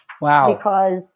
Wow